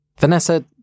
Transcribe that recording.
Vanessa